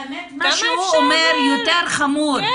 מה שהוא אומר יותר חמור.